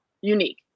unique